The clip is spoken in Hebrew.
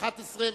11,